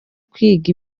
kwiga